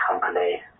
company